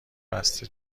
بسته